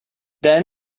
then